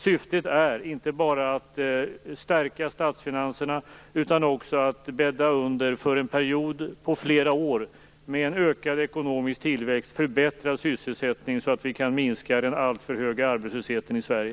Syftet är inte bara att stärka statsfinanserna utan också att bädda under för en period på flera år med ökad ekonomisk tillväxt, förbättrad sysselsättning så att vi kan minska den alltför höga arbetslösheten i Sverige.